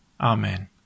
Amen